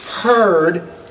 heard